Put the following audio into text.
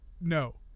No